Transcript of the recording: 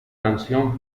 canción